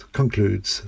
concludes